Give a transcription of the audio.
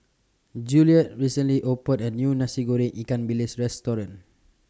Juliet recently opened A New Nasi Goreng Ikan Bilis Restaurant